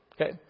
Okay